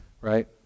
Right